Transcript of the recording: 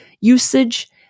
usage